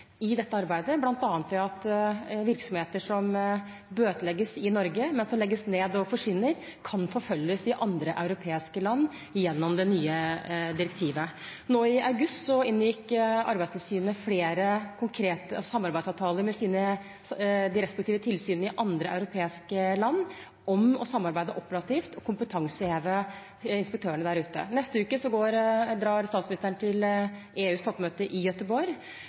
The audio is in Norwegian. i dette arbeidet, bl.a. at virksomheter som bøtelegges i Norge, men som legges ned og forsvinner, kan forfølges i andre europeiske land. Nå i august inngikk Arbeidstilsynet flere konkrete samarbeidsavtaler med de respektive tilsynene i andre europeiske land om å samarbeide operativt og kompetanseheve inspektørene der ute. Neste uke drar statsministeren til EUs toppmøte i Gøteborg,